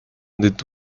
did